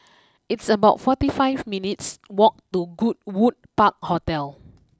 it's about forty five minutes walk to Goodwood Park Hotel